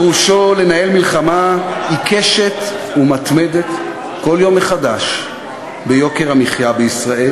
פירושו לנהל מלחמה עיקשת ומתמדת כל יום מחדש ביוקר המחיה בישראל,